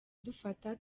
dufata